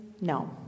No